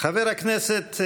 חבר הכנסת,